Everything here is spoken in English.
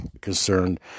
concerned